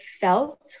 felt